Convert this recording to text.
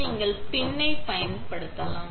நீங்கள் PIN ஐ பயன்படுத்தலாம்